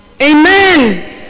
amen